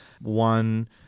one